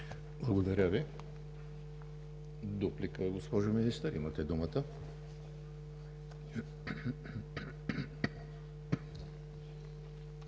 Благодаря Ви. Дуплика? Госпожо Министър, имате думата.